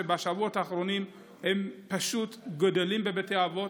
שבשבועות האחרונים הם פשוט גדלים בבתי אבות,